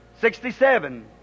sixty-seven